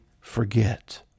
forget